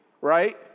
right